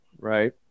right